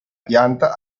pianta